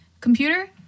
Computer